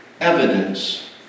evidence